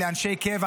לאנשי קבע,